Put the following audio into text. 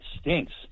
stinks